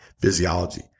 physiology